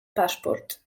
paszport